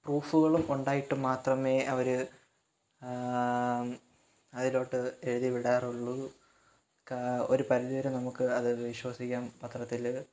പ്രൂഫുകളും ഉണ്ടായിട്ട് മാത്രമേ അവർ അതിലോട്ട് എഴുതി വിടാറുള്ളൂ കാ ഒരു പരിധി വരെ നമുക്ക് അത് വിശ്വസിക്കാം പത്രത്തിൽ